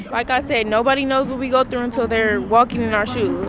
like i said, nobody knows what we go through until they're walking in our shoes,